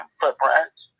footprints